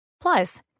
Plus